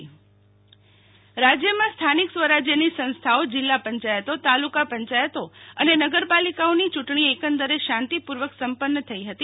શીતલ વૈશ્નવ ચૂંટણી રાજ્ય રાજ્યમાં સ્થાનિક સ્વરાજ્યની સંસ્થાઓ જીલ્લા પંચાયતો તાલુકા પંચાયતો અને નગરપાલિકાઓની યૂંટણી એકંદરે શાંતિપૂર્વક સંપન્ન થઇ હતી